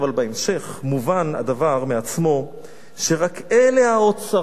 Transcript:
בהמשך: "מובן הדבר מעצמו שרק אלה האוצרות,